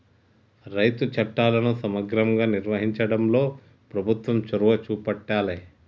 రైతు చట్టాలను సమగ్రంగా నిర్వహించడంలో ప్రభుత్వం చొరవ చేపట్టాలె